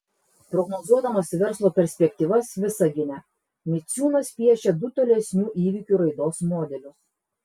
prognozuodamas verslo perspektyvas visagine miciūnas piešia du tolesnių įvykių raidos modelius